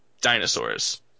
dinosaurs